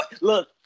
look